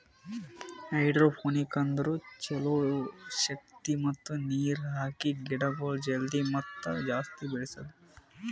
hydroponics ಅಂದುರ್ ಛಲೋ ಶಕ್ತಿ ಮತ್ತ ನೀರ್ ಹಾಕಿ ಗಿಡಗೊಳ್ ಜಲ್ದಿ ಮತ್ತ ಜಾಸ್ತಿ ಬೆಳೆಸದು